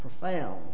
profound